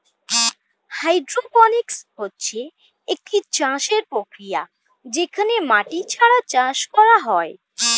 hydroponics হচ্ছে একটি চাষের প্রক্রিয়া যেখানে মাটি ছাড়া চাষ করা হয়